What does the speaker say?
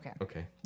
Okay